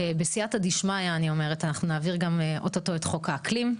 בסיעתא דשמיא אני אומרת אנחנו נעביר גם אוטוטו את חוק האקלים.